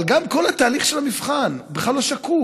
אבל כל התהליך של המבחן, הוא בכלל לא שקוף.